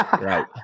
Right